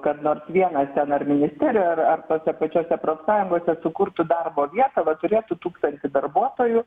kad nors vienas ten ar ministerijoje ar tose pačiose profsąjungose sukurtų darbo vietą va turėtų tūkstantį darbuotojų